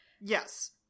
yes